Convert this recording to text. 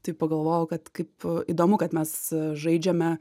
tai pagalvojau kad kaip įdomu kad mes žaidžiame